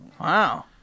Wow